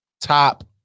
top